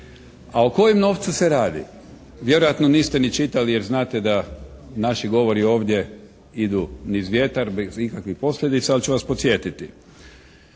A o kojem novcu se radi? Vjerojatno niste ni čitali jer znate da naši govori ovdje idu niz vjetar, bez ikakvih posljedica, ali ću vas podsjetiti.